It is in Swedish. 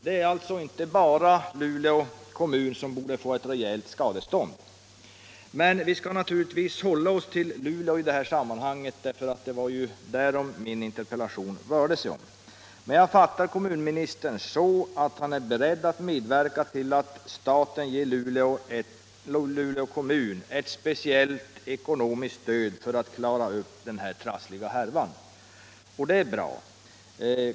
Det är alltså inte bara Luleå kommun som borde få ett rejält skadestånd. Men vi skall naturligtvis hålla oss till Luleå i detta sammanhang, eftersom det var den kommunen som togs upp i min interpellation. Jag fattar kommunministern så, att han är beredd att medverka till att staten ger Luleå kommun ett speciellt ekonomiskt stöd för att klara upp denna trassliga härva. Det är i så fall bra.